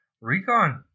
Recon